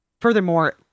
furthermore